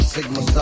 Sigma